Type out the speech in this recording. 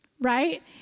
right